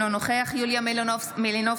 אינו נוכח יוליה מלינובסקי,